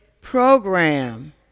program